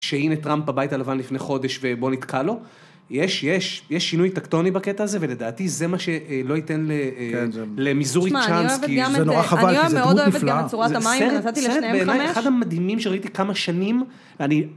שהנה טראמפ בבית הלבן לפני חודש, ובוא נתקע לו. יש, יש, יש שינוי טקטוני בקטע הזה, ולדעתי זה מה שלא ייתן למיזורי צ'אנס. -תשמע, אני אוהבת גם את צורת ה... -זה נורא חבל, כי זו דמות נפלאה. -סרט באמת, אחד המדהימים שראיתי כמה שנים, אני...